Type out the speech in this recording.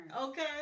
Okay